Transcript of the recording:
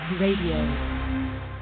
radio